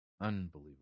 Unbelievable